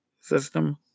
system